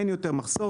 אין יותר מחסור.